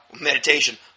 meditation